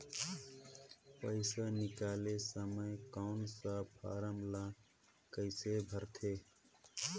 पइसा निकाले समय कौन सा फारम ला कइसे भरते?